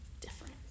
different